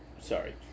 Sorry